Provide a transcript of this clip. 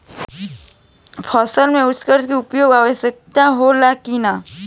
फसल में उर्वरक के उपयोग आवश्यक होला कि न?